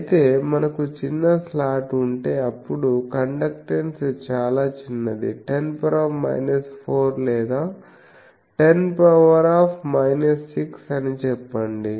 అయితే మనకు చిన్న స్లాట్ ఉంటే అప్పుడు కండక్టెన్స్ చాలా చిన్నది 10 4 లేదా 10 6 అని చెప్పండి